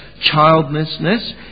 childlessness